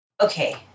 Okay